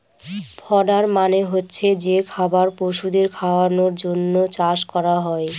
fodder মানে হচ্ছে যে খাবার পশুদের খাওয়ানোর জন্য চাষ করা হয়